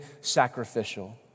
sacrificial